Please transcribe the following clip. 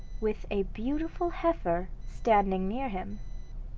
with a beautiful heifer standing near him.